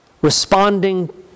responding